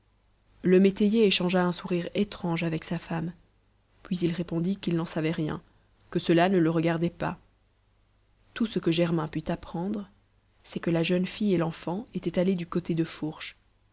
le métayer échangea un sourire étrange avec sa femme puis il répondit qu'il n'en savait rien que cela ne le regardait pas tout ce que germain put apprendre c'est que la jeune fille et l'enfant étaient allés du côté de fourche